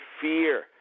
fear